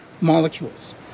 molecules